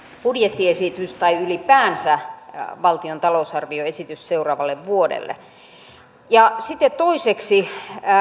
budjettiesitys tai ylipäänsä valtion talousarvioesitys seuraavalle vuodelle sitten toiseksi